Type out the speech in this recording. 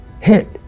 hit